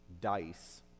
Dice